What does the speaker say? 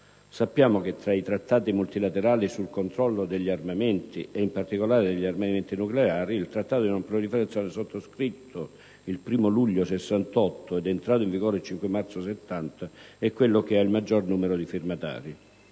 Sappiamo che tra i trattati multilaterali sul controllo degli armamenti, e in particolare degli armamenti nucleari, il Trattato di non proliferazione, sottoscritto il 1° luglio 1968 ed entrato in vigore il 5 marzo 1970, è quello che ha il maggior numero di firmatari.